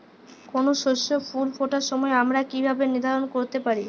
কোনো শস্যের ফুল ফোটার সময় আমরা কীভাবে নির্ধারন করতে পারি?